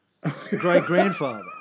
great-grandfather